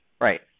right